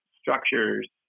structures